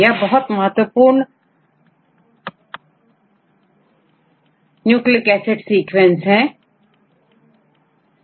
यह बहुत महत्वपूर्ण है की न्यूक्लिक एसिड सीक्वेंस के बारे में जाना जाए